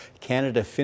Canada